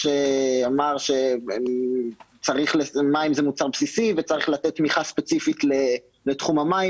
שאמר שמים זה מוצר בסיסי וצריך לתת תמיכה ספציפית לתחום המים.